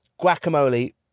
Guacamole